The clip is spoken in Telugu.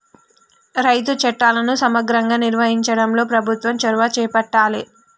రైతు చట్టాలను సమగ్రంగా నిర్వహించడంలో ప్రభుత్వం చొరవ చేపట్టాలె